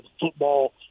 football